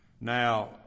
Now